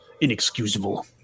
inexcusable